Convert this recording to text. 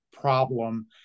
problem